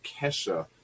Kesha